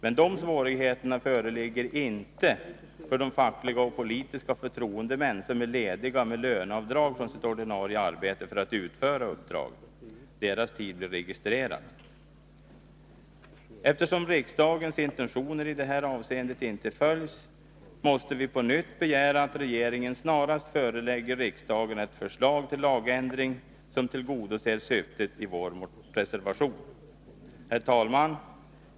Men de svårigheterna föreligger inte för de fackliga och politiska förtroendemän som är lediga med löneavdrag från sitt ordinarie arbete för att utföra uppdrag. Deras tid blir registrerad. Eftersom riksdagens intentioner i det här avseendet inte följs måste vi på nytt begära att regeringen snarast förelägger riksdagen ett förslag till lagändring som tillgodoser syftet i vår reservation. Herr talman!